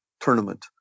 tournament